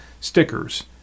stickers